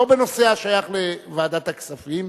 לא בנושא השייך לוועדת הכספים,